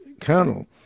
colonel